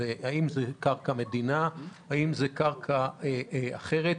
האם זאת קרקע המדינה או האם זאת קרקע אחרת.